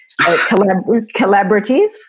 Collaborative